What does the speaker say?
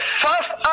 first